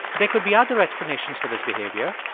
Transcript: there could be other explanations for this behavior,